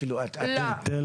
שלי טופורובסקי,